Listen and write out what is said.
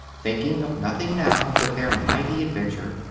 thinking of nothing now but their mighty adventure,